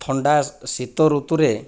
ଥଣ୍ଡା ଶୀତ ଋତୁରେ